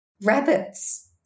Rabbits